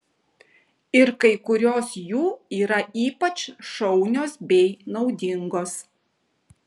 ir kai kurios jų yra ypač šaunios bei naudingos